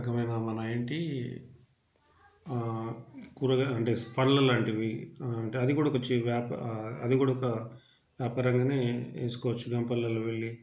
రకమైన మన ఏంటి కూరగాయలు అంటే పళ్ళలాంటివి అంటే అది కూడా ఒక వేప అది కూడా ఒక వ్యాపారంగానే ఏసుకోవచ్చు పల్లెలల్లో వెళ్ళి